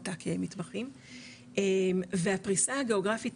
אתה כמתמחים והפריסה הגאוגרפית,